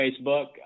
Facebook